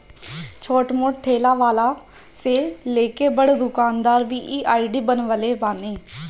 छोट मोट ठेला वाला से लेके बड़ दुकानदार भी इ आई.डी बनवले बाने